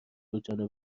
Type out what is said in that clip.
دوجانبه